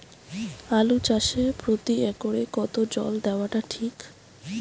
আলু চাষে প্রতি একরে কতো জল দেওয়া টা ঠিক?